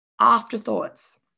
Afterthoughts